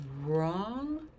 wrong